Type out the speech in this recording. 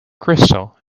crystal